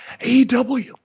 AEW